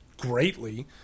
greatly